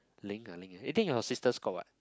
Ling ah Ling eh then your sisters call what